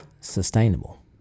sustainable